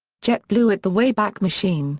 jetblue at the wayback machine